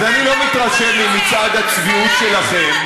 אז אני לא מתרשם ממצעד הצביעות שלכם.